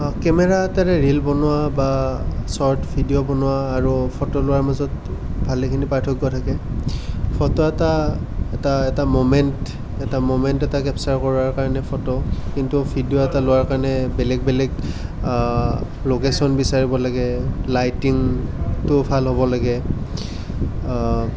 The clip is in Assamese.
কেমেৰা এটাৰে ৰীল বনোৱা বা শ্বৰ্ট ভিডিঅ' বনোৱা আৰু ফটো লোৱাৰ মাজত ভালেখিনি পাৰ্থক্য় থাকে ফটো এটা এটা এটা মুমেণ্ট এটা মমেণ্ট এটা কেপচাৰ কৰাৰ কাৰণে ফটো কিন্তু ভিডিঅ' এটা লোৱাৰ কাৰণে বেলেগ বেলেগ লোকেশ্বন বিচাৰিব লাগে লাইটিংটো ভাল হ'ব লাগে